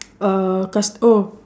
uh cust~ oh